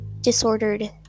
disordered